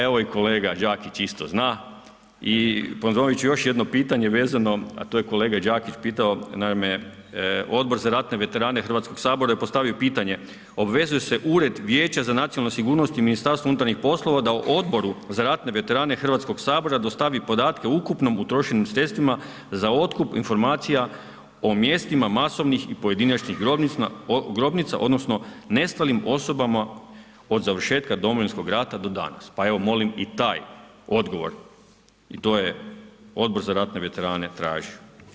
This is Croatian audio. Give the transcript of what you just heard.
Evo i kolega Đakić isto zna, i ponovit ću još jedno pitanje vezano, a to je kolega Đakić pitao, naime Odbor za ratne veterane Hrvatskog sabora je postavio pitanje obvezuje se Ured vijeća za nacionalnu sigurnost i Ministarstvo unutarnjih poslova da Odboru za ratne veterane Hrvatskog sabora dostavi podatke o ukupnom utrošenim sredstvima za otkup informacija o mjestima masovnih i pojedinačnih grobnica odnosno nestalim osobama od završetka Domovinskog rata do danas, pa evo molim i taj odgovor, i to je Odbor za ratne veterane traži.